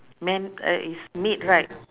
man uh is made right